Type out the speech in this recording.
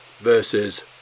versus